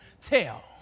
tell